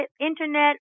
Internet